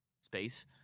space